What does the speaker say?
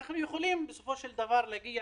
ההיגיון של להכניס